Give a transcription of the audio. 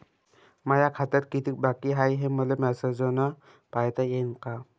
माया खात्यात कितीक बाकी हाय, हे मले मेसेजन पायता येईन का?